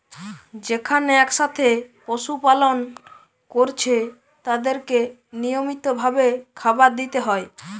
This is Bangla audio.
যেখানে একসাথে পশু পালন কোরছে তাদেরকে নিয়মিত ভাবে খাবার দিতে হয়